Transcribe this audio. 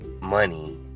money